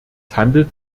handelt